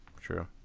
true